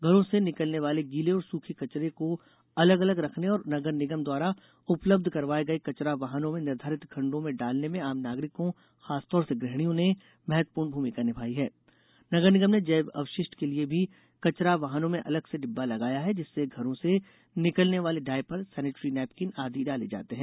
घरों से निकलने वाले गीले और सूखे कचड़े को अलग अलग रखने और नगर निगम द्वारा उपलब्ध करवाये गये कचरा वाहनों में निर्धारित खंडों में डालने में आम नागरिकों खासतौर से गृहणियों ने महत्वपूर्ण भूमिका निभाई है नगर निगम ने जैव अपशिष्ट के लिये भी कचरा वाहनों में अलग से डिब्बा लगाया है जिससे घरों से निकलने वाले डायपर सेनेटरी नेपकिन आदि डाले जाते हैं